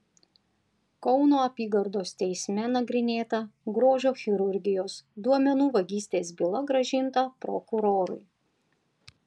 kauno apygardos teisme nagrinėta grožio chirurgijos duomenų vagystės byla grąžinta prokurorui